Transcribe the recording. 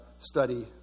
study